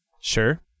Sure